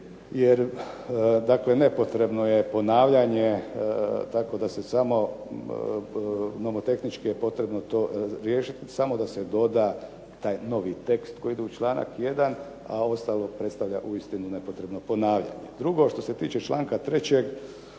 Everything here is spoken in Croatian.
1. jer nepotrebno je ponavljanje tako da se samo nomotehnički to treba riješiti, samo da se doda taj novi tekst koji idu u članak 1., a ovo ostalo uistinu predstavlja ne potrebno ponavljanje. Drugo, što se tiče članka 3.